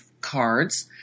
cards